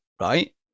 right